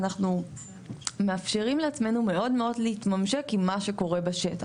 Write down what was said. אנחנו מאפשרים לעצמנו מאוד מאוד להתממשק עם מה שקורה בשטח.